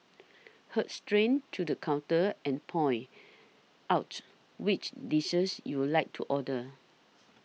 heard straight to the counter and point out which dishes you'll like to order